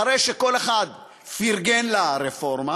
אחרי שכל אחד פרגן לרפורמה,